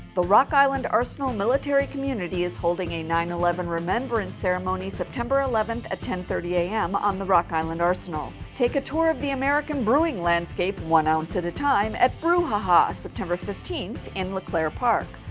the rock island arsenal military community is holding a nine eleven remembrance ceremony, september eleventh, at ten thirty am, on the rock island arsenal. take a tour of the american brewing landscape, one ounce at a time, at brew ha ha. september fifteenth, in leclaire park.